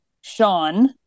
sean